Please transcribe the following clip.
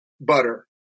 butter